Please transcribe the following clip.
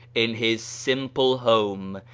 in his simple home,